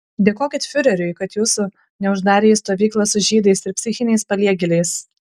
dėkokit fiureriui kad jūsų neuždarė į stovyklą su žydais ir psichiniais paliegėliais